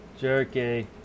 Jerky